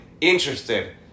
interested